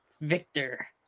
Victor